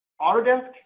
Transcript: Autodesk